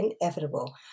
inevitable